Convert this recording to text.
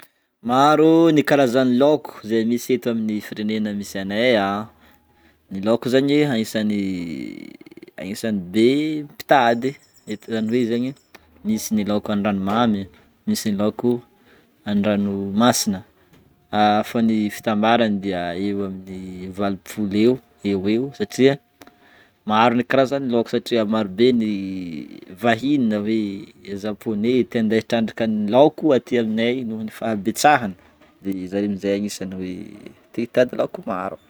Maro ny karazany laoko zay misy eto amin'ny firenena misy anay a. Ny laoko zegny agnisany agnisan'ny be mpitady eto zany hoe zegny misy ny laoko andranomamy, misy ny laoko andranomasina fa ny fitambarany de eo amin'ny valopolo eo eoeo satria maro ny karazany laoko satria maro be ny vahiny na hoe Japoney te andeha hitrandrakan'ny laoko aty aminay nohon'ny fahabetsahany, de zare amin'izay agnisany hoe te hitady laoko maro.